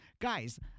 guys